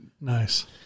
Nice